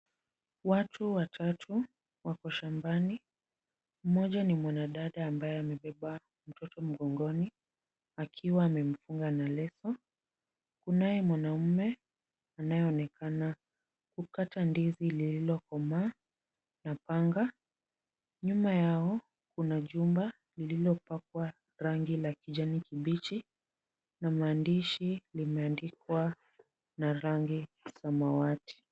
Watu watatu wako shambani, mmoja ni mwanadada ambaye amebeba mtoto mgongoni akiwa amemfunga na leso. Kunaye mwanaume anayeonekana kukata ndizi lililokomaa na panga. Nyuma yao kuna jumba lililopakwa rangi la kijani kibichi na maandishi limeandikwa na rangi ya samawati.